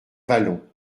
vallon